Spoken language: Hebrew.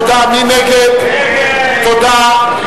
תודה.